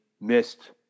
missed